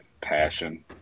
passion